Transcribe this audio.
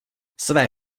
své